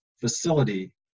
facility